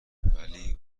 ولی